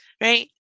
right